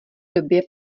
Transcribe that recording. době